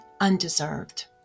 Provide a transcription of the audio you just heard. undeserved